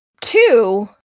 Two